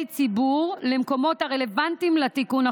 ציבור" למקומות הרלוונטיים לתיקון החוק.